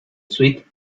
sweet